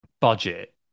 budget